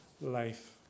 life